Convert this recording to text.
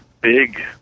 Big